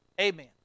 Amen